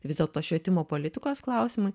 tai vis dėlto švietimo politikos klausimai